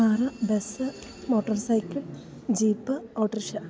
car bus motorcycle jeep autorickshaw